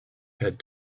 had